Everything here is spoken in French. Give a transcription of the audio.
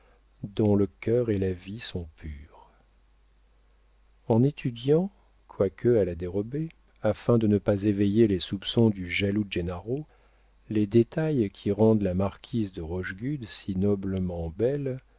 dont le cœur et la vie sont purs en étudiant quoique à la dérobée afin de ne pas éveiller les soupçons du jaloux gennaro les détails qui rendent la marquise de rochegude si noblement belle